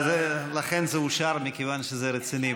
לכן זה אושר, מכיוון שזה רציני.